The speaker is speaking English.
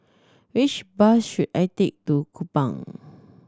which bus should I take to Kupang